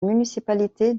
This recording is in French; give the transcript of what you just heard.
municipalité